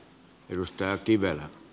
arvoisa puhemies